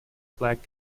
flag